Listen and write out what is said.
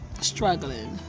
struggling